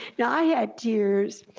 now, i had tears,